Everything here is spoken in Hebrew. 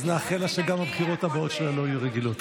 אז נאחל לה שגם הבחירות הבאות שלה לא יהיו רגילות.